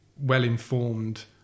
well-informed